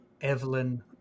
Evelyn